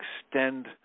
extend